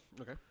Okay